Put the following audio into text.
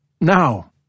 Now